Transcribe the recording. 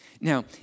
Now